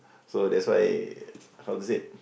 so that's why how to say